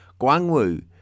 Guangwu